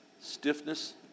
stiffness